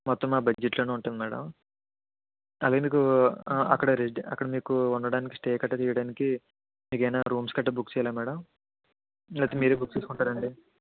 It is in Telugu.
మొత్తం ఆ బడ్జెట్లోనే ఉంటుంది మేడం అలాగే మీకు అక్కడ రెసి అక్కడ మీకు ఉండడానికి స్టే గట్ట చేయడానికి మీకు ఏమైన రూమ్స్ గట్ట బుక్ చేయాలా మేడం లేకపోతే మీరే బుక్ చేసుకుంటారా అండి